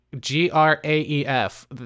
G-R-A-E-F